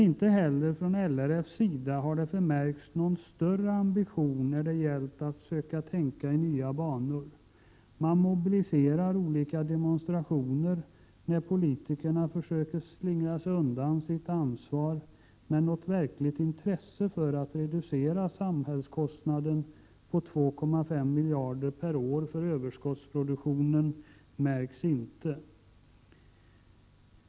Inte heller från LRF:s sida har det förmärkts någon större ambition att försöka tänka i nya banor. Man mobiliserar olika demonstrationer där politikerna försöker slingra sig undan sitt ansvar, men något verkligt intresse för att reducera samhällskostnaden på 2,5 miljarder kronor per år för överskottsproduktionen märks inte.